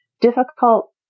difficult